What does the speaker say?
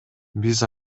биз